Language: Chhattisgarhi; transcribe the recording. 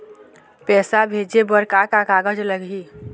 पैसा भेजे बर का का कागज लगही?